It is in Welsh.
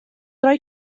roi